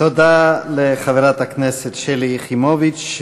תודה לחברת הכנסת שלי יחימוביץ.